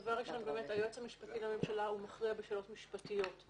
היועץ המשפטי לממשלה מכריע בשאלות משפטיות.